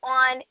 on